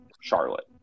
Charlotte